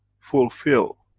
fulfill,